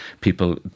people